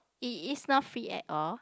it is not free at all